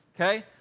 okay